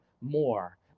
more